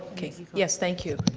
ah okay. yes, thank you.